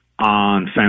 On